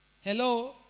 Hello